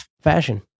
fashion